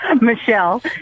Michelle